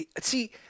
See